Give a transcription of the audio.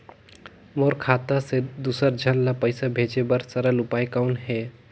मोर खाता ले दुसर झन ल पईसा भेजे बर सरल उपाय कौन हे?